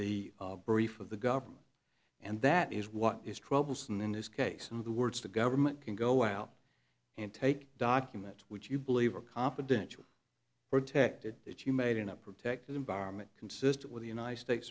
the briefs of the government and that is what is troublesome in this case in the words the government can go out and take documents which you believe are confidential protected that you made in a protected environment consistent with the united states